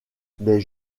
des